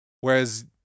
whereas